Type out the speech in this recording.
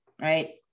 right